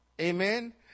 Amen